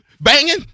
banging